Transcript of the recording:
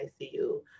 ICU